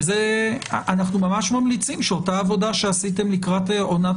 אנחנו ממש ממליצים שאותה עבודה שעשיתם לקראת עונת